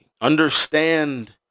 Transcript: understand